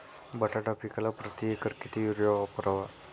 बटाटा पिकाला प्रती एकर किती युरिया वापरावा?